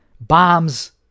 bombs